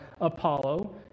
Apollo